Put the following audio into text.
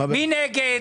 מי נגד?